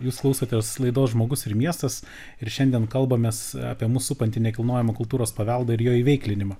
jūs klausotės laidos žmogus ir miestas ir šiandien kalbamės apie mus supantį nekilnojamą kultūros paveldą ir jo veiklinimą